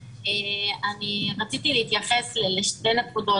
רציתי להתייחס לשתי נקודות.